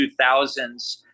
2000s